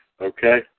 Okay